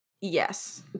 Yes